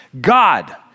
God